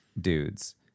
dudes